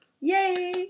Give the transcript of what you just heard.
Yay